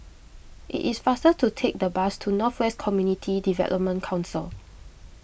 it is faster to take the bus to North West Community Development Council